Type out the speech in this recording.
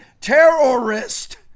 terrorist